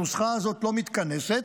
שהנוסחה הזאת לא מתכנסת,